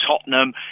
Tottenham